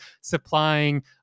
supplying